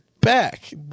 back